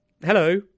hello